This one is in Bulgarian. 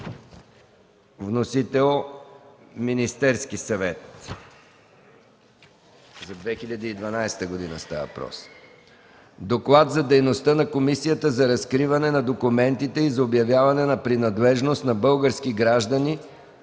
Вносител е Министерският съвет. 7. Доклад за дейността на Комисията за разкриване на документите и за обявяване на принадлежност на български граждани